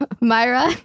Myra